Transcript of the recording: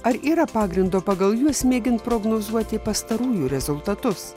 ar yra pagrindo pagal juos mėgint prognozuoti pastarųjų rezultatus